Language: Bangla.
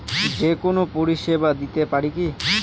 যে কোনো পরিষেবা দিতে পারি কি?